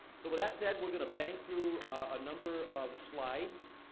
so, with that said, we're gonna bank through a number of slides,